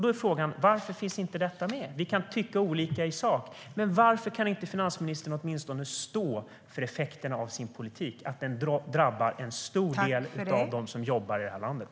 Då är frågan varför detta inte finns med. Vi kan tycka olika i sak, men varför kan finansministern åtminstone inte stå för effekterna av sin politik och att den drabbar en stor del av dem som jobbar i det här landet?